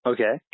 Okay